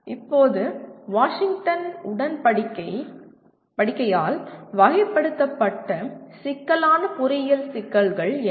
இப்போது வாஷிங்டன் உடன்படிக்கையால் வகைப்படுத்தப்பட்ட சிக்கலான பொறியியல் சிக்கல்கள் என்ன